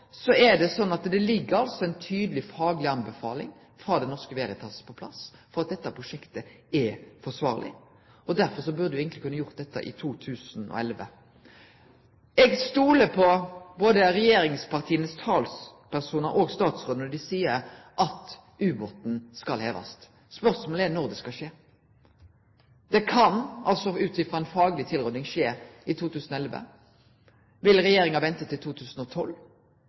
Det føreligg altså ei tydeleg fagleg anbefaling frå Det Norske Veritas om at dette prosjektet er forsvarleg. Derfor burde me eigentleg kunne gjere dette i 2011. Eg stoler på både regjeringspartias talspersonar og statsråden når dei seier at ubåten skal hevast. Spørsmålet er når det skal skje. Det kan ut frå ei fagleg tilråding skje i 2011. Vil regjeringa vente til 2012